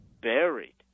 buried